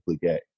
gay